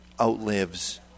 outlives